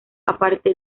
aparte